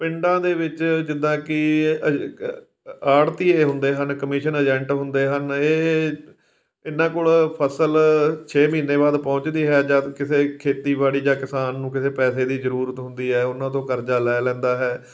ਪਿੰਡਾਂ ਦੇ ਵਿੱਚ ਜਿੱਦਾਂ ਕਿ ਕ ਆੜਤੀਏ ਹੁੰਦੇ ਹਨ ਕਮਿਸ਼ਨ ਏਜੈਂਟ ਹੁੰਦੇ ਹਨ ਇਹ ਇਹ ਇਹਨਾਂ ਕੋਲ ਫਸਲ ਛੇ ਮਹੀਨੇ ਬਾਅਦ ਪਹੁੰਚਦੀ ਹੈ ਜਦ ਕਿਸੇ ਖੇਤੀਬਾੜੀ ਜਾਂ ਕਿਸਾਨ ਨੂੰ ਕਿਸੇ ਪੈਸੇ ਦੀ ਜ਼ਰੂਰਤ ਹੁੰਦੀ ਹੈ ਉਹਨਾਂ ਤੋਂ ਕਰਜ਼ਾ ਲੈ ਲੈਂਦਾ ਹੈ